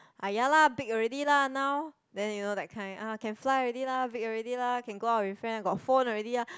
ah ya lah big already lah now then you know that kind ah can fly already lah big already lah can go out with friend got phone already lah